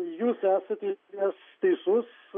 jūs esat iš esmės teisus